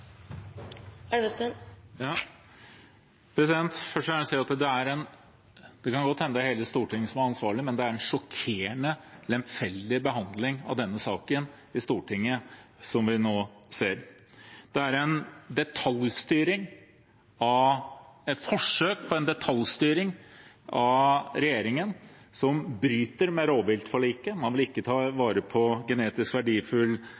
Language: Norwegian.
hele Stortinget som er ansvarlig, men det er en sjokkerende lemfeldig behandling av denne saken i Stortinget vi nå ser. Det er et forsøk på en detaljstyring av regjeringen og bryter med rovviltforliket. Man vil ikke ta vare på genetisk verdifull